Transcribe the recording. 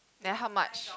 then how much